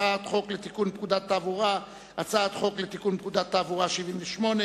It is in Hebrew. הצעת חוק לתיקון פקודת התעבורה (מס' 78),